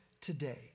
today